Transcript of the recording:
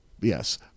yes